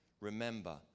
Remember